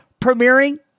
premiering